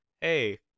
hey